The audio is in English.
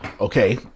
Okay